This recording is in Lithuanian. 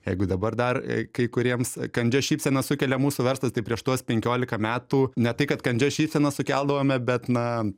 jeigu dabar dar kai kuriems kandžią šypseną sukelia mūsų verslas tai prieš tuos penkioliką metų ne tai kad kandžią šypseną sukeldavome bet na